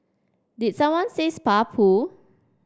did someone say spa pool